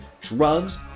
drugs